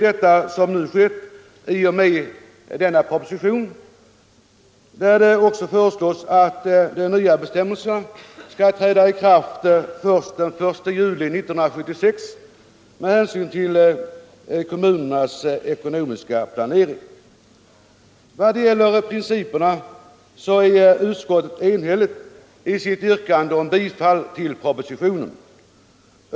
Detta har nu skett i och med denna proposition, vari också föreslås att de nya bestämmelserna skall träda i kraft först den 1 juli 1976 med hänsyn till kommunernas ekonomiska planering. Vad gäller principerna är utskottet enhälligt i sitt yrkande om bifall till propositionen.